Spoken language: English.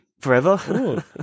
forever